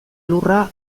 lurra